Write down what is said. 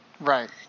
Right